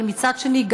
אבל מצד שני,